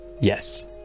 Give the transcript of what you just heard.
Yes